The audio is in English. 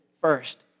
first